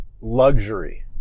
luxury